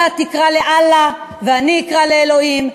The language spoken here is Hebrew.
אתה תקרא לאללה ואני אקרא לאלוהים,